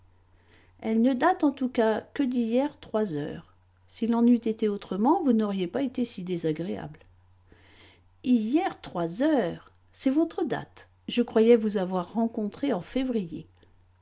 elle ne date en tout cas que d'hier trois heures s'il en eût été autrement vous n'auriez pas été si désagréable hier trois heures c'est votre date je croyais vous avoir rencontrée en février